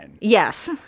Yes